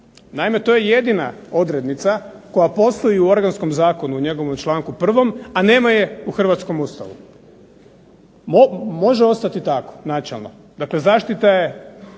Naime, to je jedina odrednica koja postoji u Organskom zakonu u njegovom članku 1., a nema je u hrvatskom Ustavu. Može ostati tako načelno. Dakle, zaštita je